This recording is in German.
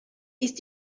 ist